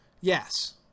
Yes